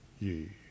ye